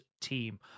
team